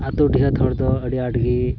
ᱟᱹᱛᱩ ᱰᱤᱦᱟᱹᱛ ᱦᱚᱲ ᱫᱚ ᱟᱹᱰᱤ ᱟᱸᱴ ᱜᱮ